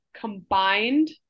combined